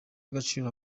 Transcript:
agaciro